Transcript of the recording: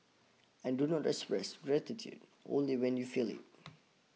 and do not express gratitude only when you feel it